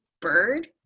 bird